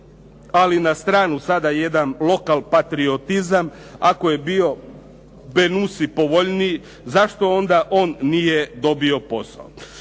ali na stranu sada jedan lokal patriotizam, ako je bio Benussi povoljniji, zašto onda on nije dobio posao?